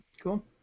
Cool